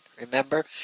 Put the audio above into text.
remember